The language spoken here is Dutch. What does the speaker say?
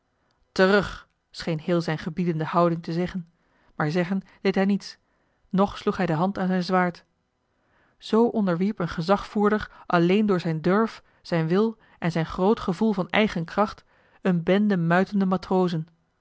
terug scheen heel zijn gebiedende houding te zeggen maar zeggen deed hij niets noch sloeg hij de hand aan zijn zwaard zoo onderwierp een gezagvoerder alleen door zijn durf zijn wil en zijn groot gevoel van eigen kracht een bende muitende matrozen